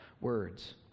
words